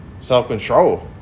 self-control